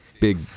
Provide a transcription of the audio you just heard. big